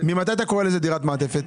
ממתי אתה קורא לזה דירת מעטפת?